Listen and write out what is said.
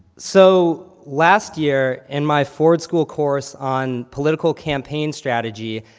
so, last year, in my ford school course on political campaign strategy,